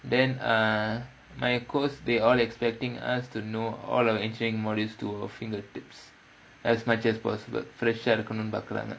then err my course they all expecting us to know all our engineering modules to our fingertips as much as possible fresh ah இருக்கனுனு பாக்குறாங்க:irukkununu paakkuraanga